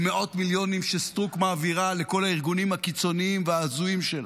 ומאות מיליונים שסטרוק מעבירה לכל הארגונים הקיצוניים וההזויים שלה.